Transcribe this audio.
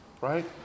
right